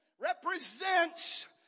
represents